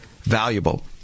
valuable